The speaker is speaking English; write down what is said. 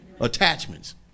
Attachments